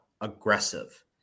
aggressive